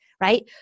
right